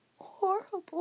horrible